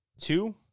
Two